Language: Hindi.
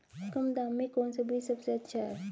कम दाम में कौन सा बीज सबसे अच्छा है?